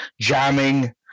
jamming